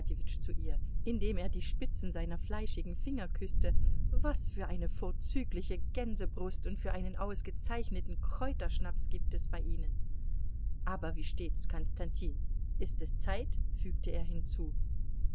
zu ihr indem er die spitzen seiner fleischigen finger küßte was für eine vorzügliche gänsebrust und für einen ausgezeichneten kräuterschnaps gibt es bei ihnen aber wie steht's konstantin ist es zeit fügte er hinzu